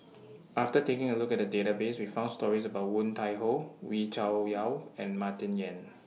after taking A Look At The Database We found stories about Woon Tai Ho Wee Cho Yaw and Martin Yan